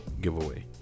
giveaway